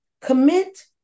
Commit